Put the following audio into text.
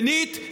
שנית,